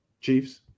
Chiefs